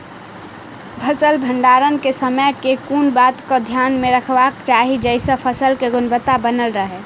फसल भण्डारण केँ समय केँ कुन बात कऽ ध्यान मे रखबाक चाहि जयसँ फसल केँ गुणवता बनल रहै?